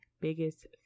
biggest